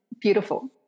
beautiful